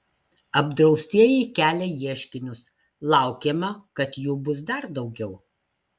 apdraustieji kelia ieškinius laukiama kad jų bus dar daugiau